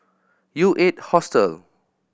U Eight Hostel